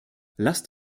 lasst